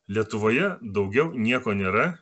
lietuvoje daugiau nieko nėra